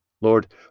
Lord